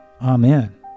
Amen